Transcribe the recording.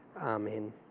Amen